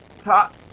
top